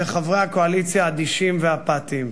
וחברי הקואליציה אדישים ואפאתיים.